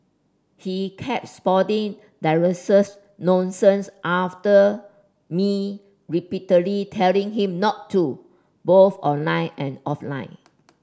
he kept spouting derisive nonsense after me repeatedly telling him not to both online and offline